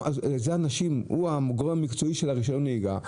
הוא הגורם המקצועי בעניין רישיון הנהיגה,